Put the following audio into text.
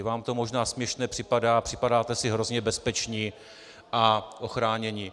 Vám to možná směšné připadá, připadáte si hrozně bezpeční a ochránění.